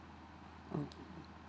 oh